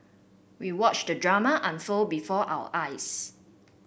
we watched the drama unfold before our eyes